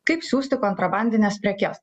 kaip siųsti kontrabandines prekes